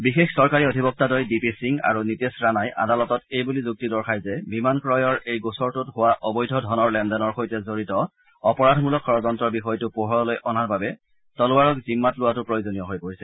বিশেষ চৰকাৰী অধিবক্তাদ্বয় ডি পি সিং আৰু নিতেশ ৰাণাই আদালতত এই বুলি যুক্তি দৰ্শাই যে বিমান ক্ৰয়ৰ এই গোচৰটোত হোৱা অবৈধ ধনৰ লেনদেনৰ সৈতে জড়িত অপৰাধমূলক ষড়যন্তৰ বিষয়টো পোহৰলৈ অনাৰ বাবে তলৱাৰত জিম্মাত লোৱাটো প্ৰয়োজনীয় হৈ পৰিছে